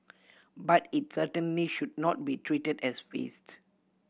but it certainly should not be treated as waste